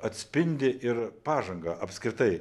atspindi ir pažangą apskritai